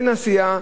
אין עשייה,